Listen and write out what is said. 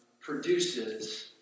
produces